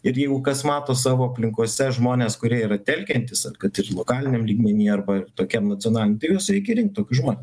ir jeigu kas mato savo aplinkose žmones kurie yra telkiantys ar kad ir lokaliniam lygmenyje arba tokiam nacionaliniam tai juos reikia rinkt tokius žmon